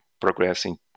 progressing